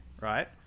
right